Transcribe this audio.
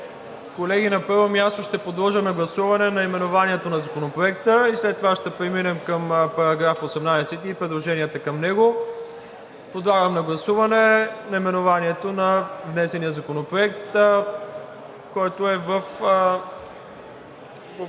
Колеги, на първо място ще подложа на гласуване наименованието на Законопроекта и след това ще преминем към § 18 и предложенията към него. Подлагам на гласуване наименованието на внесения законопроект, което е по